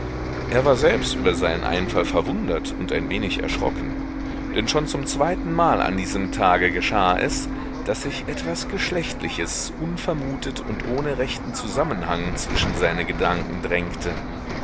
er war selbst über seinen einfall verwundert und ein wenig erschrocken denn schon zum zweitenmal an diesem tage geschah es daß sich etwas geschlechtliches unvermutet und ohne rechten zusammenhang zwischen seine gedanken drängte